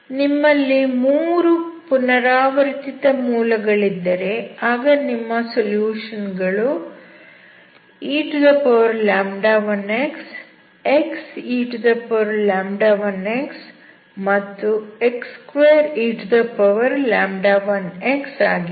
ನಿಮ್ಮಲ್ಲಿ 3 ಪುನರಾವರ್ತಿತ ಮೂಲ ಗಳಿದ್ದರೆ ಆಗ ನಿಮ್ಮ ಸೊಲ್ಯುಶನ್ ಗಳು e1x xe1x ಮತ್ತು x2e1x ಆಗಿವೆ